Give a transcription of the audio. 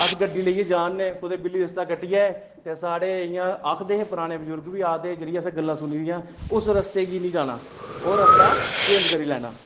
अस गड्डी लेइयै जा 'रने कुतै बिल्ली रस्ता कट्टी जाए ते साढ़े इ'यां आखदे हे पराने बुजुर्ग बी आखदे जे जेह्ड़ियां असें गल्लां सुनी दियां उस रस्ते गी नीं जाना ओह् रस्ता चेंज करी लैना